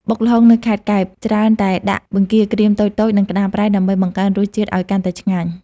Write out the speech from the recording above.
បុកល្ហុងនៅខេត្តកែប ច្រើនតែដាក់បង្គាក្រៀមតូចៗ និងក្តាមប្រៃ ដើម្បីបង្កើនរសជាតិឱ្យកាន់តែឆ្ងាញ់។